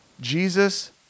Jesus